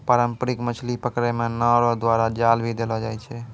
पारंपरिक मछली पकड़ै मे नांव रो द्वारा जाल भी देलो जाय छै